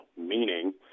meaning